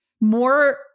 more